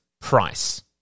price